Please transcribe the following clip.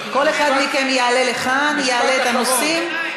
כל אחד מכם יעלה לכאן, יעלה את הנושאים.